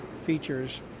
features